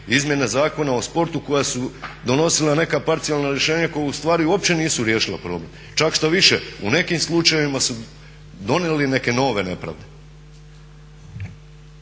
izmjena Zakona o sportu koja su donosila neka parcijalna rješenja koja ustvari uopće nisu riješila problem čak štoviše u nekim slučajevima su donijeli neke nove nepravde.